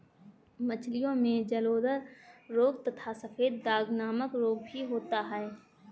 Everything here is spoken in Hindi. मछलियों में जलोदर रोग तथा सफेद दाग नामक रोग भी होता है